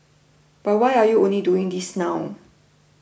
but why are you only doing this now